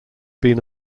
been